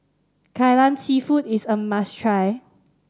Kai Lan Seafood is a must try